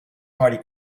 party